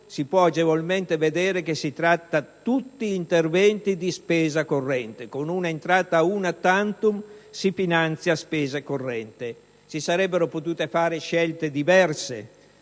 si può agevolmente vedere che sono tutti interventi di spesa corrente. Con un'entrata *una tantum* si finanzia spesa corrente. Si sarebbero potute fare scelte diverse;